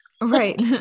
Right